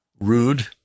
rude